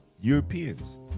Europeans